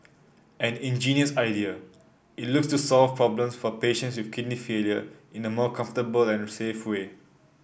an ingenious idea it looks to solve problems for patients with kidney failure in a more comfortable and safe way